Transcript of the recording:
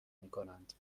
میکنند